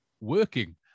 working